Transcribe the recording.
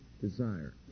desire